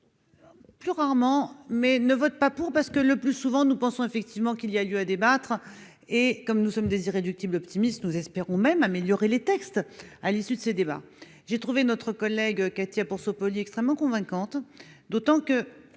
que rarement mais ne votent pas pour parce que le plus souvent nous pensons effectivement qu'il y a lieu à débattre et comme nous sommes des irréductibles optimistes, nous espérons même améliorer les textes à l'issue de ces débats, j'ai trouvé notre collègue Katia pour opposer extrêmement convaincante, d'autant que,